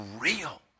real